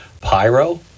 Pyro